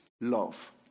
love